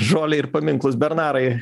žolę ir paminklus bernarai